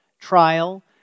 trial